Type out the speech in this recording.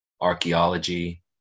archaeology